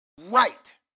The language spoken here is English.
Right